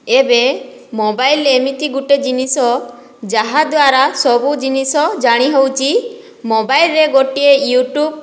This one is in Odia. ଏବେ ମୋବାଇଲ ଏମିତି ଗୋଟେ ଜିନିଷ ଯାହାଦ୍ୱାରା ସବୁ ଜିନିଷ ଜାଣିହେଉଛି ମୋବାଇଲରେ ଗୋଟିଏ ୟୁଟ୍ୟୁବ୍